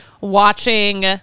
watching